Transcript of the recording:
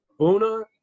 Buna